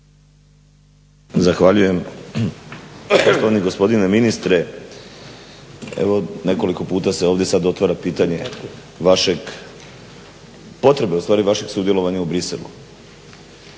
Zahvaljujem. Poštovani gospodine ministre, evo nekoliko puta se ovdje sad otvara pitanje vaše potrebe ustvari vašeg sudjelovanja u Bruxellesu.